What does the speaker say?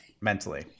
mentally